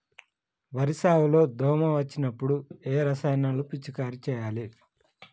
వరి సాగు లో దోమ వచ్చినప్పుడు ఏ రసాయనాలు పిచికారీ చేయాలి?